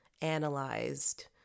analyzed